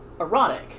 erotic